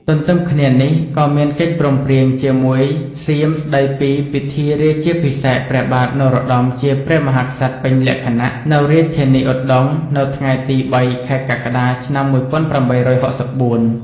ទន្ទឹមគ្នានេះ ក៏មានកិច្ចព្រមព្រៀងជាមួយសៀមស្តីពីពិធីរាជាភិសេកព្រះបាទនរោត្តមជាព្រះមហាក្សត្រពេញលក្ខណៈនៅរាជធានីឧដុង្គ នៅថ្ងៃទី ៣ ខែកក្កដា ឆ្នាំ ១៨៦៤។